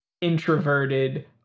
introverted